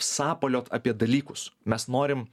sapaliot apie dalykus mes norim